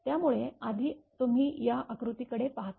त्यामुळे आधी तुम्ही या आकृतीकडे पाहता